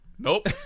nope